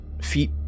feet